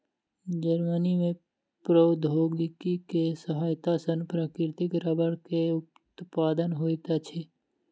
Germany में प्रौद्योगिकी के सहायता सॅ प्राकृतिक रबड़ के उत्पादन होइत अछि